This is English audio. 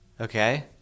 okay